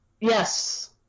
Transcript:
Yes